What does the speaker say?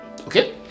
okay